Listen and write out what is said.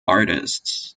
artists